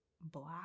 black